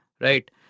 Right